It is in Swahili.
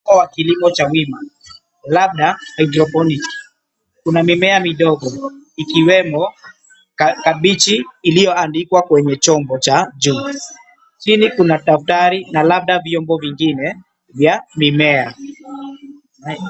Mfumo wa kilmo cha wima, labda hydrophonic . Kuna mimea midogo, ikiwemo kabichi iliyoandikwa kwenye chombo cha juu. Chini kuna daftari na labda vyombo vingine vya mimea.